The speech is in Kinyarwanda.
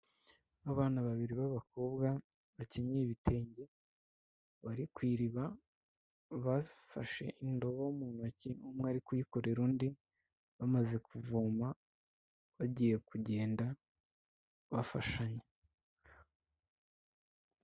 Abana babiri b'abakobwa bakenyeye ibitenge bari ku iriba bafashe indobo mu ntoki, umwe ari kuyikorera undi bamaze kuvoma bagiye kugenda bafashanya.